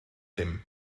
ddim